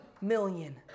million